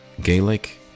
Gaelic